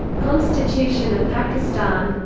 constitution of pakistan